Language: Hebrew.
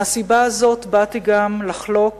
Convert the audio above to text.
מהסיבה הזאת באתי גם לחלוק